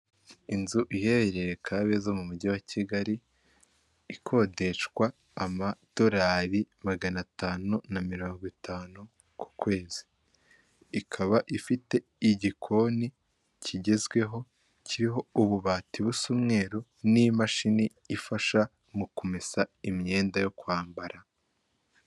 Inzu iherereye kabeza mu mujyi wa Kigali ikodeshwa amadolari magana atanu na mirongo itanu ku kwezi, ikaba ifite igikoni kigezweho kiriho ububati busa umweru n'imashini ifasha mu kumesa imyenda yo kwambara.